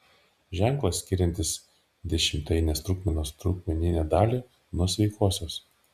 ženklas skiriantis dešimtainės trupmenos trupmeninę dalį nuo sveikosios